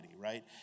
right